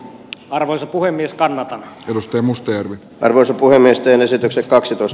arvoisa puhemies kannattaa tutustua mustonen raisu voimisteluesitykset kaksi plus